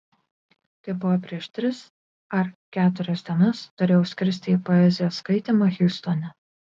tai buvo prieš tris ar keturias dienas turėjau skristi į poezijos skaitymą hjustone